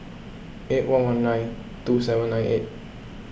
eight one one nine two seven nine eight